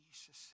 Jesus